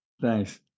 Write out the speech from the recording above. Thanks